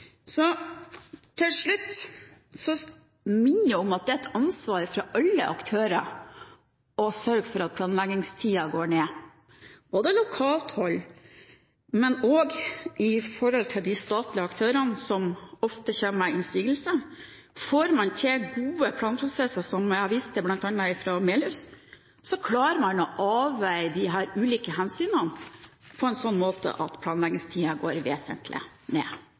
Til slutt vil jeg minne om at det er et ansvar for alle aktører å sørge for at planleggingstiden går ned både på lokalt hold og også i forhold til de statlige aktørene som ofte kommer med innsigelser. Får man til gode planprosesser, som jeg har vist til bl.a. fra Melhus, klarer man å avveie de ulike hensynene på en sånn måte at planleggingstiden går vesentlig ned.